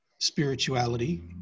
spirituality